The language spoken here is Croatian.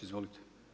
Izvolite.